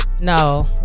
no